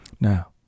Now